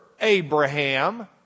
Abraham